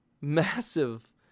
massive